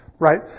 right